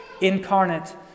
incarnate